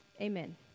Amen